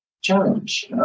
challenge